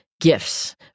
gifts